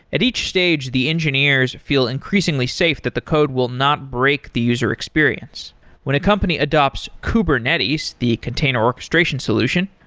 at each stage the engineers feel increasingly safe that the code will not break the user experience when a company adopts kubernetes, the container orchestration solution,